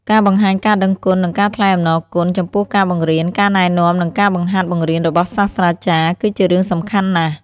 ការបង្ហាញការដឹងគុណ និងការថ្លែងអំណរគុណ ចំពោះការបង្រៀន ការណែនាំ និងការបង្ហាត់បង្រៀនរបស់សាស្រ្តាចារ្យ គឺជារឿងសំខាន់ណាស់។